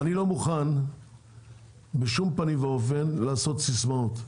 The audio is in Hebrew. אני לא מוכן בשום פנים ואופן לעשות סיסמאות.